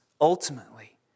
ultimately